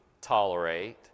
tolerate